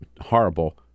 horrible